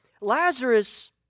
Lazarus